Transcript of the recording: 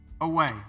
away